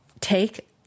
Take